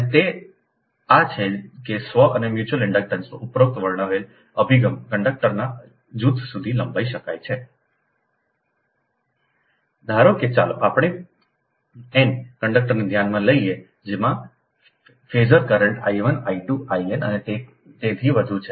અને તે આ છે કે સ્વ અને મ્યુચ્યુઅલ ઇન્ડક્ટન્સનો ઉપરોક્ત વર્ણવેલ અભિગમ કંડક્ટરના જૂથ સુધી લંબાઈ શકાય છે ધારો કે ચાલો આપણે n કંડકટરને ધ્યાનમાં લઈએ જેમાં phasor current I 1 I 2 I n અને તેથી વધુ છે